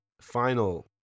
final